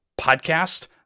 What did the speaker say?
podcast